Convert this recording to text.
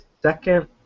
second